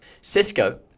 Cisco